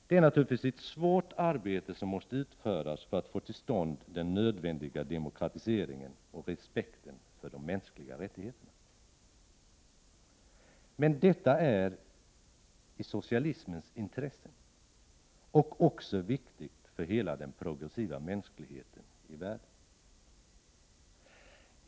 Det är naturligtvis ett svårt arbete som måste utföras för att få till stånd den nödvändiga demokratiseringen och inskärpa respekt för de mänskliga rättigheterna. Detta ligger i socialismens intresse, och det är också viktigt för hela den progressiva mänskligheten.